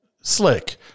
slick